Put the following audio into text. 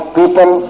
people